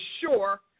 sure